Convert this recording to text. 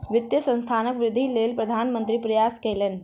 वित्तीय संस्थानक वृद्धिक लेल प्रधान मंत्री प्रयास कयलैन